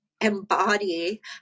embody